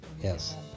Yes